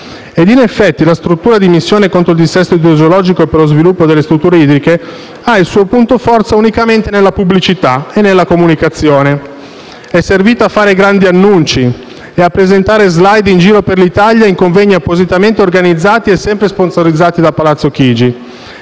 In effetti, la struttura di missione contro il dissesto idrogeologico e per lo sviluppo delle strutture idriche ha il suo punto di forza unicamente nella pubblicità e nella comunicazione. È servita a fare grandi annunci e a presentare *slide* in giro per l'Italia in convegni appositamente organizzati e sempre sponsorizzati da Palazzo Chigi.